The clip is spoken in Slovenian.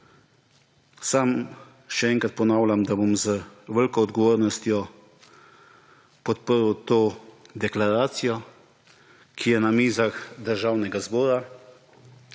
Sam še enkrat ponavljam, da bom z veliko odgovornostjo podprl to deklaracijo, ki je na mizah Državnega zbora,